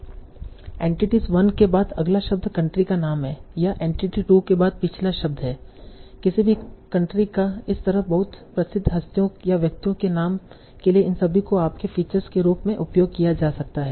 entity 1 के बाद अगला शब्द कंट्री का नाम है या एंटिटी 2 के बाद पिछला शब्द है किसी भी कंट्री का इसी तरह बहुत प्रसिद्ध हस्तियों या व्यक्तियों के नाम के लिए इन सभी को आपके फीचर्स के रूप में उपयोग किया जा सकता है